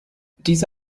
diese